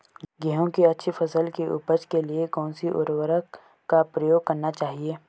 गेहूँ की अच्छी फसल की उपज के लिए कौनसी उर्वरक का प्रयोग करना चाहिए?